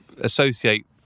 associate